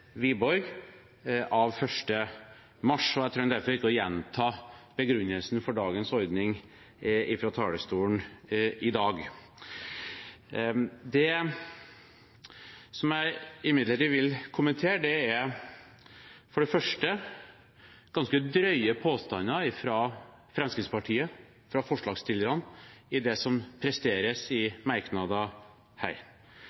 Wiborg av 1. mars. Jeg trenger derfor ikke å gjenta begrunnelsen for dagens ordning fra talerstolen i dag. Det jeg imidlertid vil kommentere, er for det første ganske drøye påstander fra Fremskrittspartiet, fra forslagsstillerne, i det som presteres